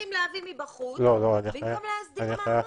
ממשיכים להביא מבחוץ במקום להסדיר מעמד.